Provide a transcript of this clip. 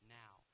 now